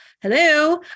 Hello